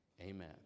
Amen